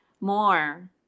more